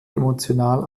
emotional